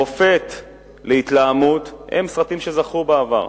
מופת להתלהמות, סרטים שזכו בעבר.